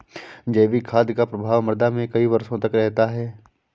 जैविक खाद का प्रभाव मृदा में कई वर्षों तक रहता है